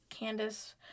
Candice